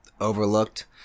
overlooked